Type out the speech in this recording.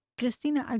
Christina